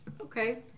Okay